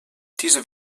diese